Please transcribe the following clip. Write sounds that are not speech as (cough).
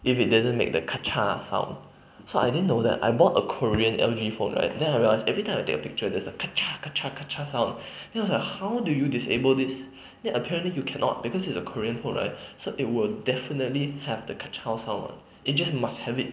if it didn't make the (noise) sound so I didn't know that I bought a korean L_G phone right then I realize everytime I take a picture there is a (noise) (noise) (noise) sound then I was like how do you disable this then apparently cannot because it is a korean phone so it will definitely have the (noise) sound [what] it just must have it